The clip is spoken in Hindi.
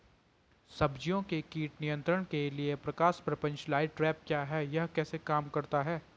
सब्जियों के कीट नियंत्रण के लिए प्रकाश प्रपंच लाइट ट्रैप क्या है यह कैसे काम करता है?